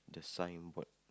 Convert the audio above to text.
the signboard